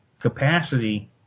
capacity